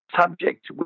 subject